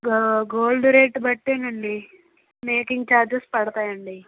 go gold rate బట్టి ఆండీ making charges పడతాయండీ